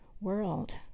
world